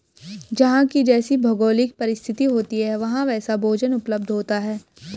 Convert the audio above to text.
जहां की जैसी भौगोलिक परिस्थिति होती है वहां वैसा भोजन उपलब्ध होता है